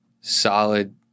solid